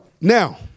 now